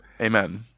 Amen